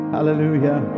hallelujah